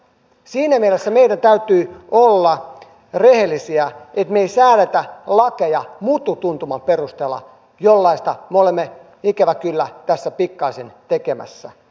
siinä mielessä meidän täytyy olla rehellisiä että me emme säädä lakeja mututuntuman perusteella kuten me olemme ikävä kyllä tässä pikkaisen tekemässä